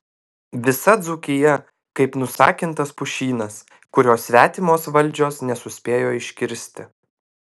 visa dzūkija kaip nusakintas pušynas kurio svetimos valdžios nesuspėjo iškirsti